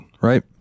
right